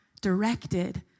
directed